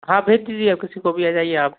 हाँ भेज दीजिए या किसी को भी आ जाइए आप